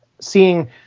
seeing